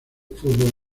fútbol